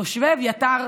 תושבי אביתר